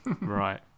Right